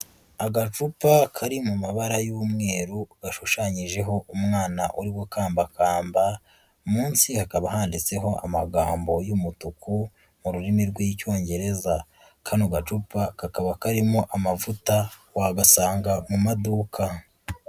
Agacupa kari mu mabara y'umweru gashushanyijeho umwana uri gukambakamba munsi hakaba handitseho amagambo y'umutuku mu rurimi rw'Icyongereza, kano gacupa kakaba karimo amavuta wagasanga mu maduka.